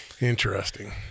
interesting